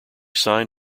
signed